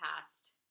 past